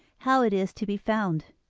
how it is to be found.